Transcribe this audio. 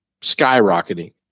skyrocketing